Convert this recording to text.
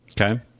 Okay